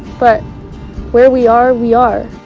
but where we are, we are.